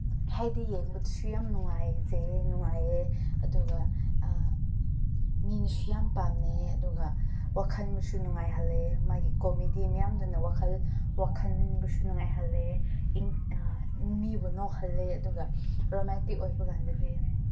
ꯍꯥꯏꯗꯤ ꯌꯦꯡꯕꯗꯁꯨ ꯌꯥꯝ ꯅꯨꯡꯉꯥꯏꯖꯩꯌꯦ ꯅꯨꯡꯉꯥꯏꯌꯦ ꯑꯗꯨꯒ ꯃꯤꯅꯁꯨ ꯌꯥꯝ ꯄꯥꯝꯅꯩꯌꯦ ꯑꯗꯨꯒ ꯋꯥꯈꯟꯁꯨ ꯅꯨꯡꯉꯥꯏꯍꯜꯂꯦ ꯃꯥꯒꯤ ꯀꯣꯃꯤꯗꯤ ꯃꯌꯥꯝꯗꯨꯅ ꯋꯥꯈꯜ ꯋꯥꯈꯟꯕꯨꯁꯨ ꯅꯨꯡꯉꯥꯏꯍꯜꯂꯦ ꯃꯤꯕꯨ ꯅꯣꯛꯍꯜꯂꯦ ꯑꯗꯨꯒ ꯔꯣꯃꯥꯟꯇꯤꯛ ꯑꯣꯏꯕꯀꯥꯟꯗꯗꯤ